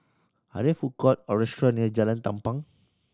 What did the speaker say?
are there food court or restaurant near Jalan Tampang